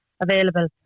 available